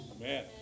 Amen